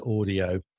audio